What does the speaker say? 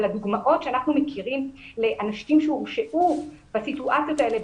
הדוגמאות שאנחנו מכירים מאנשים שהורשעו בסיטואציות האלה,